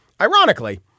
Ironically